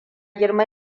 girma